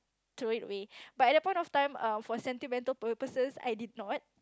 throw it away but at that point of time err for sentimental purposes I did not